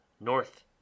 north